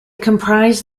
comprised